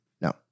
No